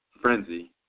frenzy